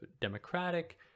democratic